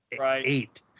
eight